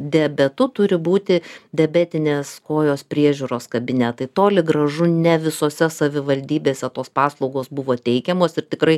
diabetu turi būti diabetinės kojos priežiūros kabinetai toli gražu ne visose savivaldybėse tos paslaugos buvo teikiamos ir tikrai